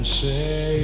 say